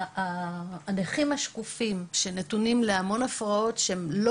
הנכים השקופים שנתונים להמון הפרעות שלא